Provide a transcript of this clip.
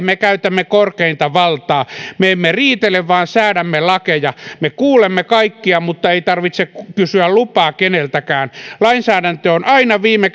me käytämme korkeinta valtaa me emme riitele vaan säädämme lakeja me kuulemme kaikkia mutta ei tarvitse kysyä lupaa keneltäkään lainsäädäntö on aina viime